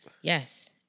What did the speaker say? Yes